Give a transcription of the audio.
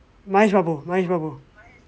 mahesh babu mahesh babu